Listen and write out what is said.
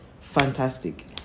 fantastic